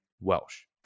Welsh